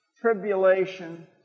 tribulation